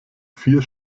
vier